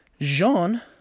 Jean